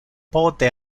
pote